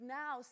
now